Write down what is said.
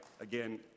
again